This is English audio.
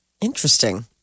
Interesting